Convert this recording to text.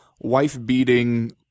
wife-beating